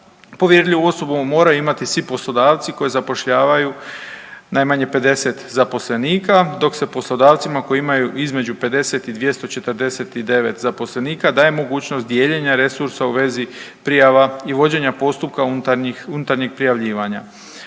Povjerljivu osobu moraju imati svi poslodavci koji zapošljavaju najmanje 50 zaposlenika, dok se poslodavcima koji imaju između 50 i 249 zaposlenika daje mogućnost dijeljenja resursa u vezi prijava i vođenja postupka unutarnjeg prijavljivanja.